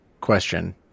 question